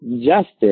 justice